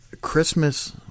Christmas